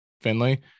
Finley